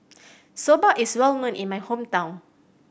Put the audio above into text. soba is well known in my hometown